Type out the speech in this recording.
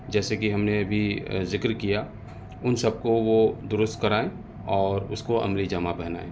جیسے کہ ہم نے ابھی ذکر کیا ان سب کو وہ درست کرائیں اور اس کو عملی جامہ پہنائیں